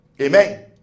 Amen